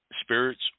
spirits